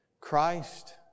Christ